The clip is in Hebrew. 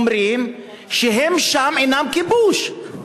אומרים שהם שם אינם כובשים,